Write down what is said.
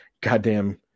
Goddamn